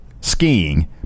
skiing